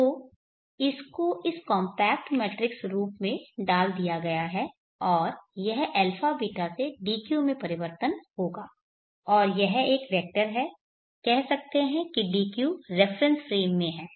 तो इस को इस कॉम्पैक्ट मैट्रिक्स रूप में डाल दिया गया है और यह αβ से dq में परिवर्तन होगा और यह एक वेक्टर है कह सकते हैं कि dq रेफरेन्स फ्रेम में है